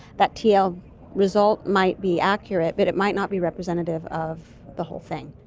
that tl result might be accurate but it might not be representative of the whole thing.